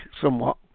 somewhat